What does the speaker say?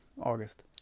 August